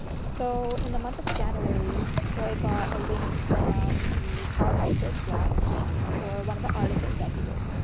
so, in the month of january troy got a link from the powered by search blog for one of the articles that he wrote.